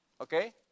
Okay